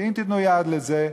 ואם תיתנו יד לזה,